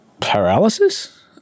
paralysis